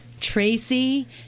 Tracy